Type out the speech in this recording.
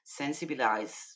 sensibilize